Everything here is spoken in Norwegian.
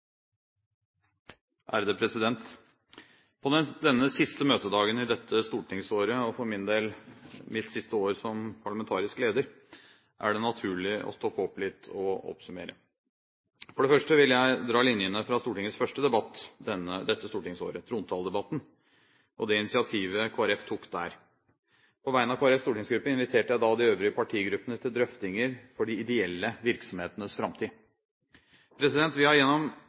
På denne siste møtedagen i dette stortingsåret, og for min del mitt siste år som parlamentarisk leder, er det naturlig å stoppe opp litt og oppsummere. For det første vil jeg dra linjene fra Stortingets første debatt dette stortingsåret, trontaledebatten, og det initiativet Kristelig Folkeparti tok der. På vegne av Kristelig Folkepartis stortingsgruppe inviterte jeg da de øvrige partigruppene til drøftinger om de ideelle virksomhetenes framtid. Vi har gjennom